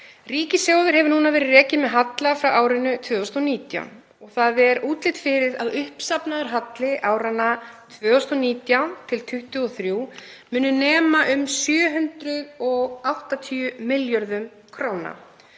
Ríkissjóður hefur núna verið rekinn með halla frá árinu 2019. Það er útlit fyrir að uppsafnaður halli áranna 2019–2023 muni nema um 780 milljörðum kr.